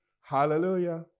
Hallelujah